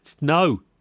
No